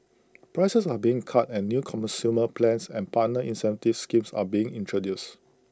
prices are being cut and new consumer plans and partner incentive schemes are being introduced